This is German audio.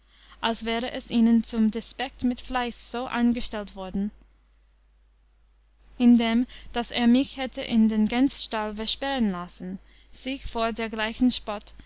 als wäre es ihnen zum despekt mit fleiß so angestellet worden item daß er mich hätte in einen gänsstall versperren lassen sich vor dergleichen